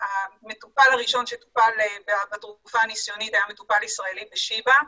המטופל הראשון שטופל בתרופה נסיונית היה מטופל ישראלי שיבא,